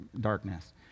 darkness